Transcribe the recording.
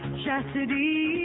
chastity